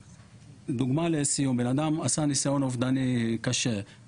דוגמה לסיום בן אדם עשה ניסיון אובדני קשה,